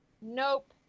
nope